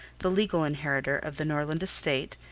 the legal inheritor of the norland estate,